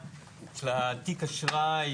לעומת כרטיס אשראי,